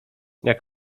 jak